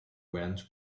rent